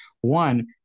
one